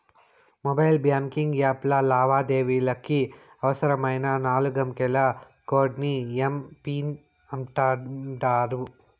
mobile banking యాప్ల లావాదేవీలకి అవసరమైన నాలుగంకెల కోడ్ ని ఎమ్.పిన్ అంటాండారు